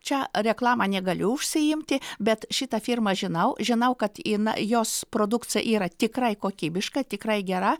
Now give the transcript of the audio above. čia reklama negaliu užsiimti bet šitą firmą žinau žinau kad jinai jos produkcija yra tikrai kokybiška tikrai gera